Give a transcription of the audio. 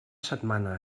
setmana